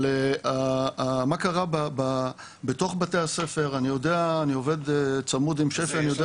מה קרה בתוך בתי הספר, אני עובד צמוד עם שפי.